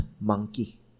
monkey